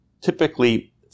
typically